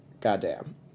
goddamn